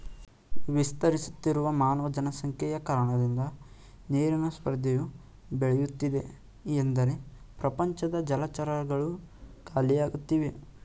ವಿಸ್ತರಿಸುತ್ತಿರುವ ಮಾನವ ಜನಸಂಖ್ಯೆಯ ಕಾರಣದಿಂದ ನೀರಿನ ಸ್ಪರ್ಧೆಯು ಬೆಳೆಯುತ್ತಿದೆ ಎಂದರೆ ಪ್ರಪಂಚದ ಜಲಚರಗಳು ಖಾಲಿಯಾಗ್ತಿವೆ